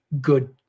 good